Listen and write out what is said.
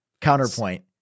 counterpoint